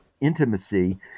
intimacy